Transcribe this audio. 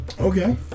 Okay